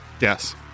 Yes